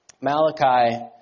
Malachi